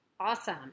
Awesome